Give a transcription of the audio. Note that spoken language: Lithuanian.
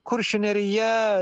kuršių nerija